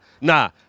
nah